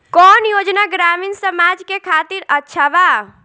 कौन योजना ग्रामीण समाज के खातिर अच्छा बा?